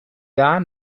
gar